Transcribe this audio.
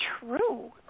true